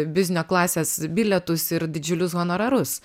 biznio klasės bilietus ir didžiulius honorarus